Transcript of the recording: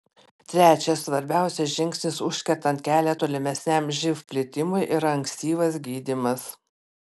trečias svarbiausias žingsnis užkertant kelią tolimesniam živ plitimui yra ankstyvas gydymas